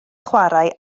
chwarae